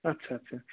আচ্ছা আচ্ছা আচ্ছা